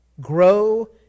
grow